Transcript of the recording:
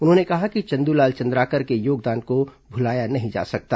उन्होंने कहा कि चंद्रलाल चंद्राकर के योगदान को भूलाया नहीं जा सकता